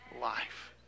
life